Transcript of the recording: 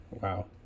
Wow